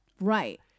Right